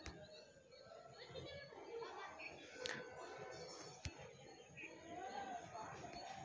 ಫ್ರಾನ್ಸ್ನಲ್ಲಿ ಕಾನೂನುಬದ್ಧ ವೇತನದಾರರ ತೆರಿಗೆ ಸಾಮಾಜಿಕ ಭದ್ರತಾ ವ್ಯವಸ್ಥೆ ಉದ್ಯೋಗದಾತ ಕೊಡುಗೆಗಳನ್ನ ಮಾತ್ರ ಒಳಗೊಳ್ಳುತ್ತೆ